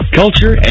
culture